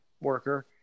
worker